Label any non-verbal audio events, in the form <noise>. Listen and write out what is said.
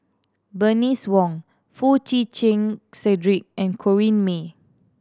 Bernice Wong Foo Chee <unintelligible> Cedric and Corrinne May